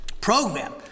program